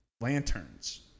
lanterns